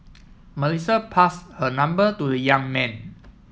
Melissa pass her number to the young man